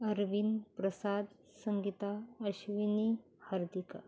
Arvind Prasad Sangeeta Ashwini Hardika